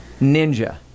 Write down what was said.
Ninja